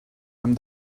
hem